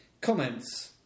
Comments